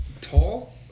tall